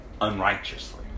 unrighteously